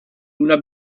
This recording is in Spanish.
una